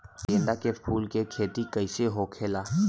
गेंदा के फूल की खेती कैसे होखेला?